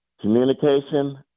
communication